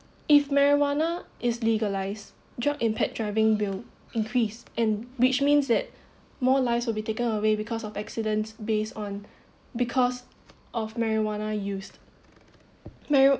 if marijuana is legalise drug impaired driving bill increase and which means that more lives will be taken away because of accidents based on because of marijuana used